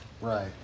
Right